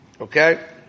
Okay